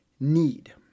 need